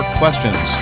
questions